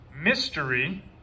mystery